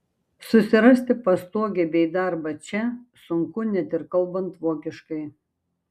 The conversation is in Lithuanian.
susirasti pastogę bei darbą čia sunku net ir kalbant vokiškai